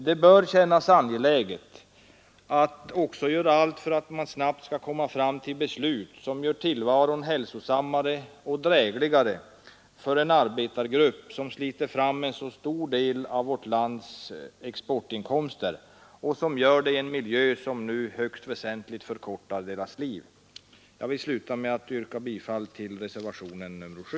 Det bör kännas angeläget att också göra allt för att snabbt komma fram till beslut, som gör tillvaron hälsosammare och drägligare för en arbetsgrupp som sliter fram en mycket stor del av vårt lands exportinkomster och som gör det i en miljö som nu högst väsentligt förkortar deras liv. Jag vill sluta med att yrka bifall till reservationen 7.